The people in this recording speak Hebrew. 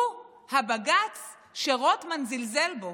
הוא הבג"ץ שרוטמן זלזל בו,